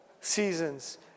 seasons